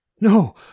No